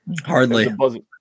Hardly